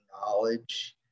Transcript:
knowledge